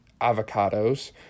avocados